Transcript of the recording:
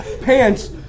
Pants